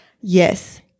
Yes